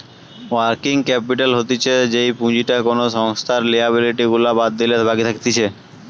working capital হতিছে যেই পুঁজিটা কোনো সংস্থার লিয়াবিলিটি গুলা বাদ দিলে বাকি থাকতিছে